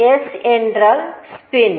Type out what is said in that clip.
s என்றால் spin